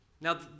Now